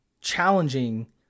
challenging